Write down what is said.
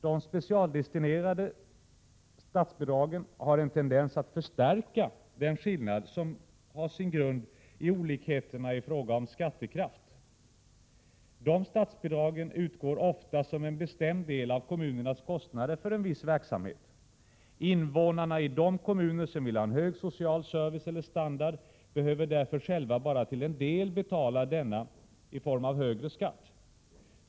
De specialdestinerade statsbidragen har en tendens att förstärka den skillnad som har sin grund i olikheterna i fråga om skattekraft. Dessa statsbidrag utgår ofta som en bestämd del av kommunernas kostnader för en viss verksamhet. Invånarna i de kommuner som vill ha en hög social servicenivå eller standard behöver därför själva bara betala för denna till en del i form av högre skatt.